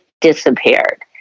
disappeared